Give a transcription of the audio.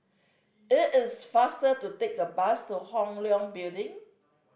it is faster to take the bus to Hong Leong Building